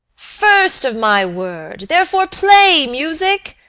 first, of my word therefore play, music!